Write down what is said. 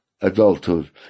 adulthood